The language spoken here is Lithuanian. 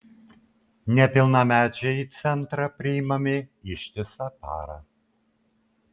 nepilnamečiai į centrą priimami ištisą parą